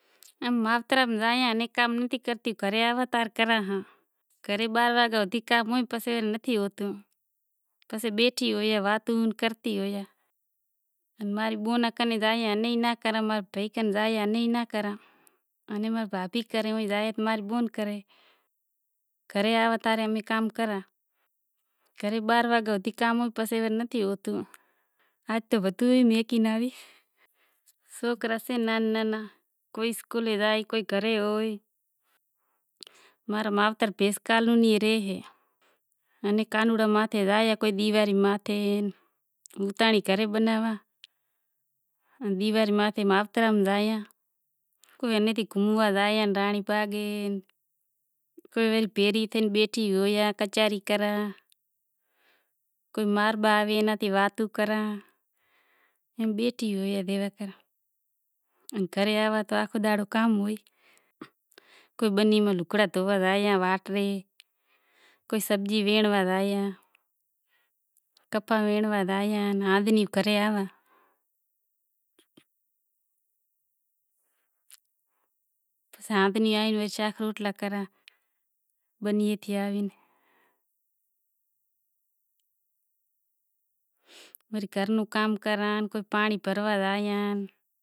فروٹ تو بدہی جام لاوے سے کوئی دودہ سے ڈئی سے پالک سے لاوے۔ گوبی مٹر بینگڑا سبزی ماں رو سوکرو زام لے آوے۔ ادرک لیلا مرچ بدہو ئی زام ہیئیسے۔ کوئی پٹاٹا کوئی ڈونگری کوئی صوف زیتون بدہو ئی لاوے سے۔ روٹلا ئی لاوے دودھے لئی آوے کوئی بسکوٹ لاوے کوئی کیلا لاوے کوئی صوف لاوے ڈونگری صوف پٹاٹا زام آوے